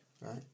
Right